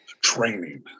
training